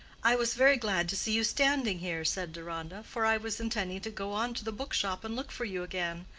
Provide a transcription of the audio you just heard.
i was very glad to see you standing here, said deronda, for i was intending to go on to the book-shop and look for you again.